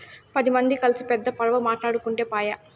పది మంది కల్సి పెద్ద పడవ మాటాడుకుంటే పాయె